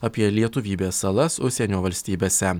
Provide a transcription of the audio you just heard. apie lietuvybės salas užsienio valstybėse